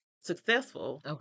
successful